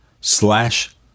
slash